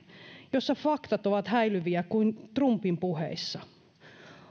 jossa faktat ovat häilyviä kuin trumpin puheissa